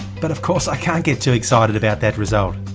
but of course i can't get too excited about that result.